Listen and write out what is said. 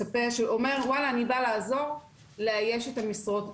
שאומר וואלה אני בא לעזור לאייש את המשרות.